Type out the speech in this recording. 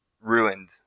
ruined